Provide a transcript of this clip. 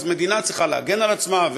אז מדינה צריכה להגן על עצמה,